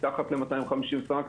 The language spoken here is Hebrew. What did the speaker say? מתחת 250 סמ"ק,